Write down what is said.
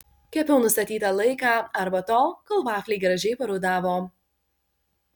kepiau nustatytą laiką arba tol kol vafliai gražiai parudavo